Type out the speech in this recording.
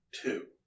two